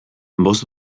bost